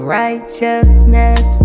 righteousness